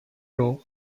know